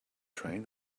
train